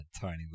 tiny